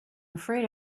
afraid